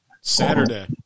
Saturday